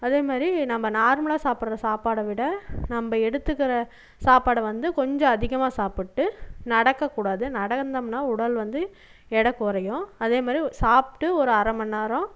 அதேமாதிரி நம்ம நார்மலாக சாப்பிட்ற சாப்பாடை விட நம்ம எடுத்துக்கிற சாப்பாடை வந்து கொஞ்சம் அதிகமாக சாப்பிட்டு நடக்கக்கூடாது நடந்தோம்னா உடல் வந்து எடை குறையும் அதேமாதிரி சாப்பிட்டு ஒரு அரமணி நேரம்